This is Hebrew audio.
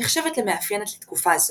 נחשבת למאפיינת לתקופה זו.